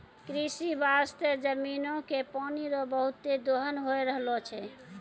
कृषि बास्ते जमीनो के पानी रो बहुते दोहन होय रहलो छै